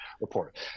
report